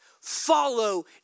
Follow